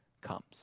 comes